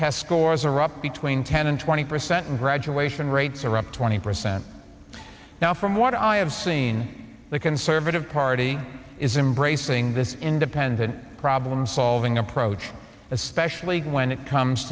test scores are up between ten and twenty percent and graduation rates are up twenty percent now from what i have seen the conservative party is embracing this independent problem solving approach especially when it comes